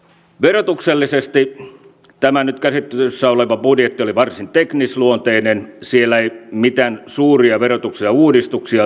verotuksellisesti tämä nyt käsittelyssä oleva budjetti oli varsin teknisluonteinen siellä ei mitään suuria verotuksellisia uudistuksia tullut